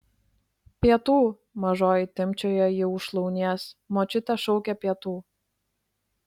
pietų mažoji timpčioja jį už šlaunies močiutė šaukia pietų